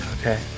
Okay